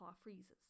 freezes